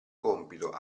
compito